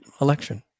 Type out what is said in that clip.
election